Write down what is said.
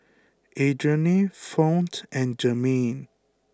Adriane Fount and Germaine